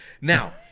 Now